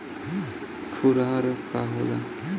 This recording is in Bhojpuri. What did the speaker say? खुरहा रोग का होला?